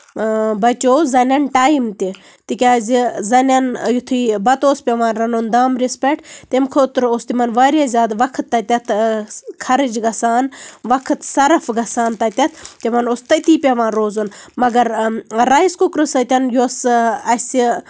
بَچو زَنٮ۪ن ٹایم تہِ تِکیازِ زَنٮ۪ن یِتھُے بَتہٕ اوس پیٚوان رَنُن دامبرِس پٮ۪ٹھ تَمہِ خٲطرٕ اوس تِمن واریاہ زیادٕ وقت تَتیٚتھ خَرٕچ گژھان وقت سَرف گژھان تَتیٚتھ تِمن اوس تٔتی پیٚوان روزُن مَگر رایِس کُکرٕ سۭتۍ یۄس اَسہِ